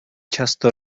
často